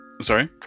Sorry